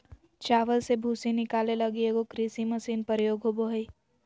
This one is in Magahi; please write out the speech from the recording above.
चावल से भूसी निकाले लगी एगो कृषि मशीन प्रयोग होबो हइ